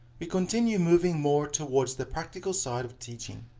we continue moving more towards the practical side of teaching,